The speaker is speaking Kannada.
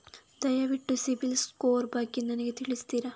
ದಯವಿಟ್ಟು ಸಿಬಿಲ್ ಸ್ಕೋರ್ ಬಗ್ಗೆ ನನಗೆ ತಿಳಿಸ್ತಿರಾ?